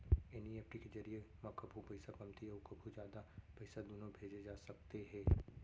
NEFT के जरिए म कभू पइसा कमती अउ कभू जादा पइसा दुनों भेजे जा सकते हे